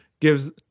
gives